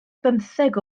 bymtheg